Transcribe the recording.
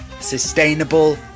Sustainable